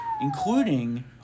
including